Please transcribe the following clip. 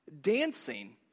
Dancing